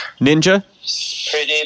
Ninja